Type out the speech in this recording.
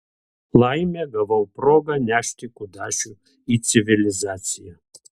laimė gavau progą nešti kudašių į civilizaciją